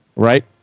right